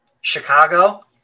Chicago